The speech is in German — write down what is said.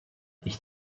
ich